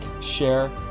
share